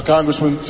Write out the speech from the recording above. Congressman